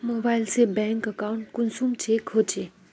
Mobile से bank account कुंसम check होचे?